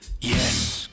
Yes